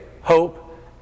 hope